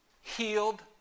healed